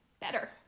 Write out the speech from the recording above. better